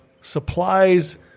supplies